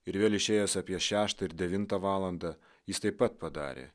ir vėl išėjęs apie šeštą ir devintą valandą jis taip pat padarė